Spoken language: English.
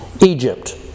Egypt